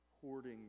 hoarding